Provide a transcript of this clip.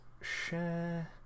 share